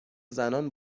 زنان